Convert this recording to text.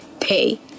pay